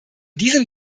diesem